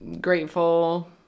grateful